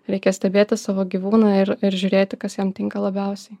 reikia stebėti savo gyvūną ir ir žiūrėti kas jam tinka labiausiai